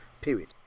period